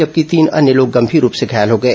जबकि तीन अन्य लोग गंभीर रूप से घायल हो गए